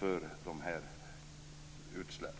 för dessa okynnesutsläpp.